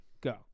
go